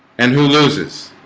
and who loses